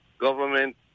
government